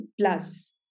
plus